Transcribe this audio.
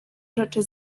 rzeczy